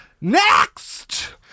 Next